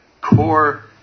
core